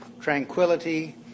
tranquility